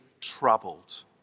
troubled